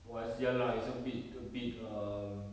was ya lah it's a bit a bit um